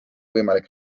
võimalik